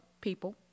people